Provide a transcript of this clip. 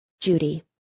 Judy